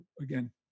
again